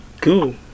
cool